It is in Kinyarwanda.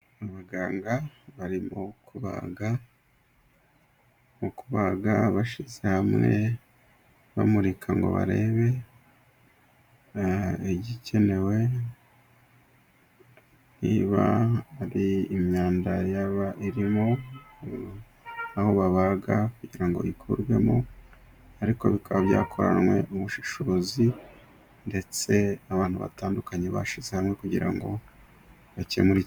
Abaganga barimo kubaga， mu kubaga bashyize hamwe，bamurika ngo barebe igikenewe， niba ari imyanda yaba irimo，aho babaga kugira ngo ikurwemo，ariko bikaba byakoranwe ubushishobozi，ndetse abantu batandukanye， bashyize hamwe kugira ngo bakemure ikibazo gihari.